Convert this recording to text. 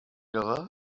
other